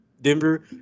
Denver